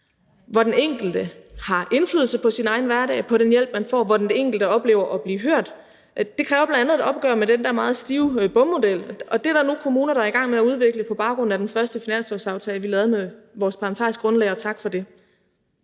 hvor den enkelte har indflydelse på sin egen hverdag og på den hjælp, man får, og hvor den enkelte oplever at blive hørt. Det kræver bl.a. et opgør med den der meget stive BUM-model, og det er der nu kommuner der er i gang med at udvikle på baggrund af den første finanslovsaftale, vi lavede med vores parlamentariske grundlag, og tak for det.